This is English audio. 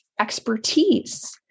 expertise